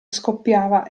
scoppiava